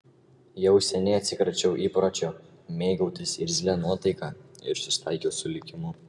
jau seniai atsikračiau įpročio mėgautis irzlia nuotaika ir susitaikiau su likimu